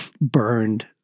burned